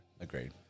Agreed